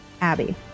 Abby